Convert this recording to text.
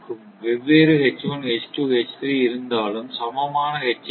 வெவ்வேறு H1 H2 H3 இருந்தாலும் சமமான H ஐ எடுத்துக் கொள்ளலாம்